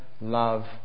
love